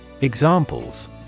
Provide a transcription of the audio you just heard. Examples